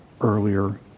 earlier